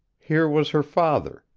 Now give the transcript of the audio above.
here was her father,